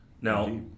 now